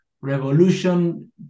revolution